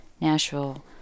Nashville